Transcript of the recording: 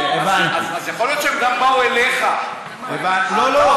אז יכול להיות שהם באו גם אליך, לא.